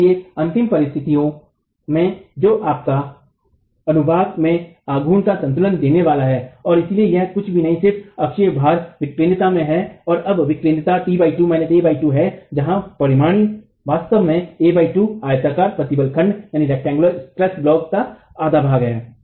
इसलिए अंतिम परिस्थितियों में जो आपको अनुभाग में आघूर्ण का संतुलन देने वाला है और इसलिए यह कुछ भी नहीं सिर्फ अक्षीय भार विकेंद्रिता में है और अब विकेंद्रिता t 2 a 2 है जहां परिणामी वास्तव में a 2 आयताकार प्रतिबल खंड का आधा भाग है